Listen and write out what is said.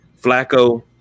Flacco